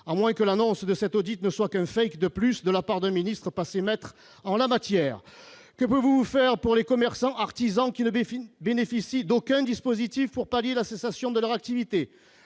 peut-être l'annonce de cet audit n'est-elle qu'un de plus, de la part d'un ministre passé maître en la matière ! Que pouvez-vous faire pour les commerçants et artisans qui ne bénéficient d'aucun dispositif pour pallier la cessation de leur activité ?